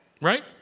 Right